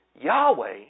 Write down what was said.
Yahweh